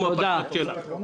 כמו הפרטץ' שלך.